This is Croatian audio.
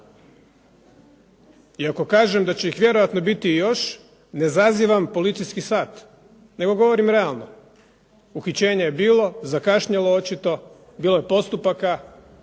I ako kažem da će ih vjerojatno biti još, ne zazivam policijski sat, nego govorim realno. Uhićenja je bilo, zakašnjelo očito, bilo je postupaka,